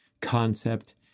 concept